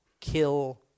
kill